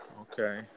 Okay